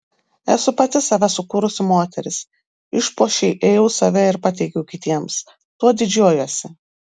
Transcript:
esu pati save sukūrusi moteris išpuošei ėjau save ir pateikiau kitiems tuo didžiuojuosi